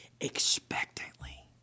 expectantly